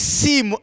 seem